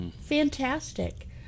fantastic